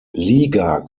liga